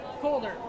Colder